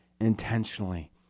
intentionally